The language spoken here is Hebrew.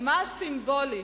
כמה סימבולי